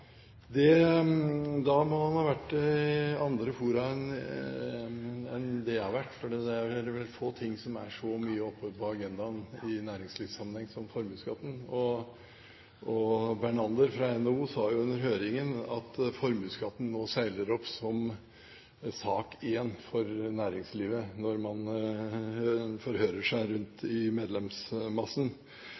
Da må han ha vært i andre fora enn det jeg har vært, for det er vel få ting som er så ofte oppe på agendaen i næringslivssammenheng som formuesskatten. Bernander fra NHO sa jo under høringen at formuesskatten nå seiler opp som sak én for næringslivet når man forhører seg rundt i medlemsmassen.